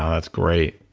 um that's great.